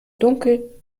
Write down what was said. dunkel